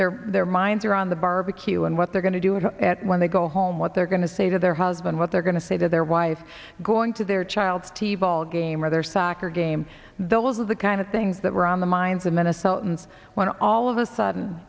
their their minds around the barbecue and what they're going to do it at when they go home what they're going to say to their husband what they're going to say to their wife going to their child's t ball game or their soccer game those are the kind of things that were on the minds of minnesotans when all of a sudden